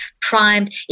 primed